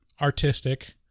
artistic